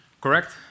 Correct